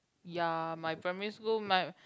ya my primary school my